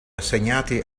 assegnati